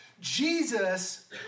Jesus